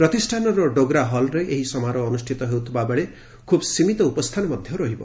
ପ୍ରତିଷ୍ଠାନର ଡୋଗ୍ରା ହଲ୍ରେ ଏହି ସମାରୋହ ଅନୁଷ୍ଠିତ ହେଉଥିବାବେଳେ ଖୁବ୍ ସୀମିତ ଉପସ୍ଥାନ ରହିବ